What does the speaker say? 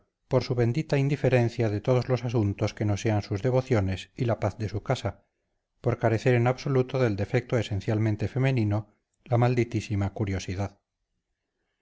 por su bendita indiferencia de todos los asuntos que no sean sus devociones y la paz de su casa por carecer en absoluto del defecto esencialmente femenino la malditísima curiosidad